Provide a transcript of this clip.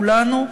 על כולנו,